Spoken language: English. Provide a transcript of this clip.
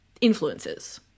influences